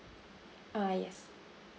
uh yes